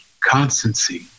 constancy